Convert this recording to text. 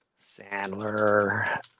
sandler